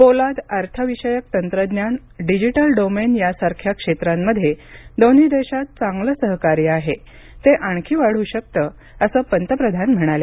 पोलाद अर्थविषयक तंत्रज्ञान डिजिटल डोमेन यासारख्या क्षेत्रांमध्ये दोन्ही देशांत चांगलं सहकार्य आहे ते आणखी वाढू शकतं असं पंतप्रधान म्हणाले